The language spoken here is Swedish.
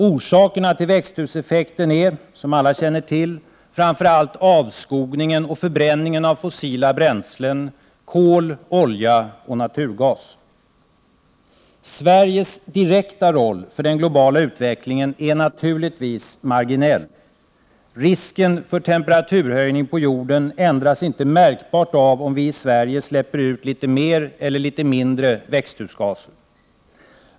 Orsakerna till växthuseffekten är, som alla känner till, framför allt avskogningen och förbränningen av fossila bränslen: kol, olja och naturgas. Sveriges direkta roll för den globala utvecklingen är naturligtvis marginell. Risken för temperaturhöjning på jorden ändrbs inte märkbart av om vi i Sverige släpper ut litet mer eller litet mindre växthusgaser.